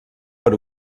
per